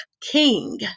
king